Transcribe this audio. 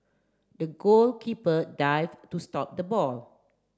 the goalkeeper dived to stop the ball